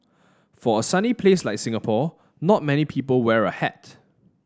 for a sunny place like Singapore not many people wear a hat